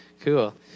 Cool